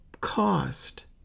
cost